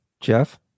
Jeff